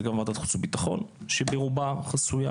זה גם בוועדת החוץ והביטחון שברובה חסויה